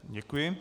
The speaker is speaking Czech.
Děkuji.